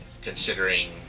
considering